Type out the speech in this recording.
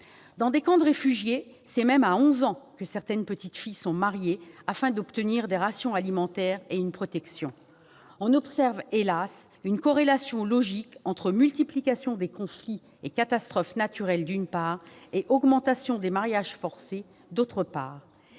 Dans des camps de réfugiés, c'est même à 11 ans que certaines petites filles sont mariées afin d'obtenir des rations alimentaires et une protection. On observe, hélas ! une corrélation logique entre multiplication des conflits et des catastrophes naturelles, d'une part, et augmentation des mariages forcés, d'autre part.